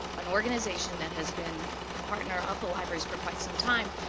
an organization that has been a partner of the libraries for quite some time,